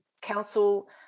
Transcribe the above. council